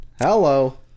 Hello